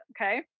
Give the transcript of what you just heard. okay